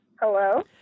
Hello